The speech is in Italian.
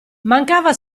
mancava